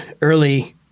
early